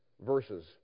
versus